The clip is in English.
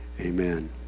Amen